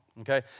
Okay